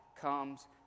comes